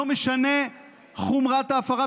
לא משנה מה חומרת ההפרה,